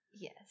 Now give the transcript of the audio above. Yes